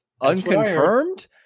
unconfirmed